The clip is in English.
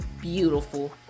beautiful